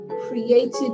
created